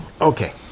Okay